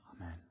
Amen